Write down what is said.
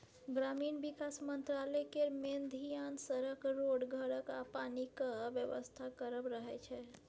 ग्रामीण बिकास मंत्रालय केर मेन धेआन सड़क, रोड, घरक आ पानिक बेबस्था करब रहय छै